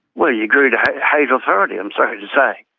well, you grew to hate authority, i'm sorry to say.